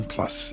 Plus